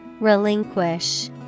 Relinquish